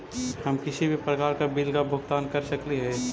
हम किसी भी प्रकार का बिल का भुगतान कर सकली हे?